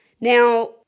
Now